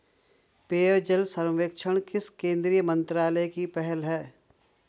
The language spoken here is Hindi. पेयजल सर्वेक्षण किस केंद्रीय मंत्रालय की पहल है?